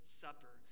supper